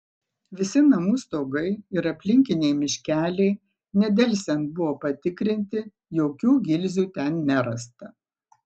visi namų stogai ir aplinkiniai miškeliai nedelsiant buvo patikrinti jokių gilzių ten nerasta